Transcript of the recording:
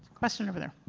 question over there.